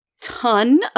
ton